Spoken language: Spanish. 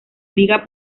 liga